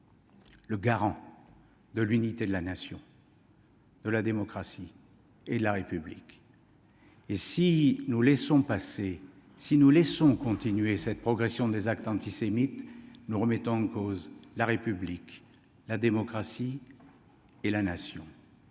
le garant de l'unité de la Nation, de la démocratie et de la République ! Si nous laissons continuer cette progression des actes antisémites, nous remettons en cause la République, la démocratie et la Nation